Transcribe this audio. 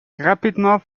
rapidement